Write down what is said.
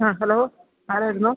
ആ ഹലോ ആരായിരുന്നു